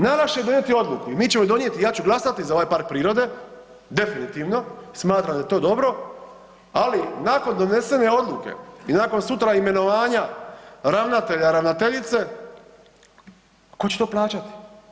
Najlakše je donijeti odluku i mi ćemo je donijeti, ja ću glasati za ovaj park prirode definitivno, smatram da je to dobro, ali nakon donesene odluke i nakon sutra imenovanja ravnatelja, ravnateljice tko će to plaćati.